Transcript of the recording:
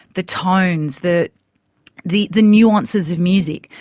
the tones, the, the the nuances of music.